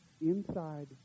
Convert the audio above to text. inside